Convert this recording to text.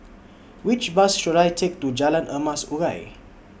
Which Bus should I Take to Jalan Emas Urai